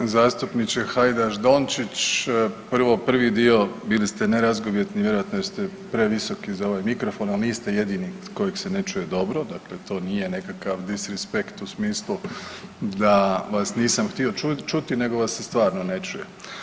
Pa gospodine zastupniče Hajdaš Dončić, prvo prvi dio bili ste nerazgovjetni vjerojatno jer ste previsoki za ovaj mikrofon, a niste jedini kojeg se ne čuje dobro, dakle to nije nekakav disrispekt u smislu da vas nisam htio čuti nego vas se stvarno ne čuje.